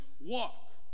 walk